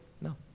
No